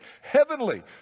heavenly